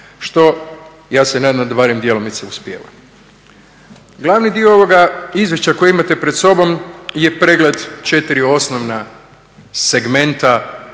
što ja se nadam barem djelomice uspijeva. Glavni dio ovoga izvješća koji imate pred sobom je pregled 4 osnovna segmenta